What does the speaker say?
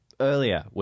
Earlier